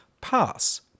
PASS